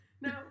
No